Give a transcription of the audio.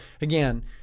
again